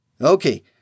Okay